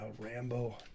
Rambo